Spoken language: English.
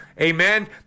Amen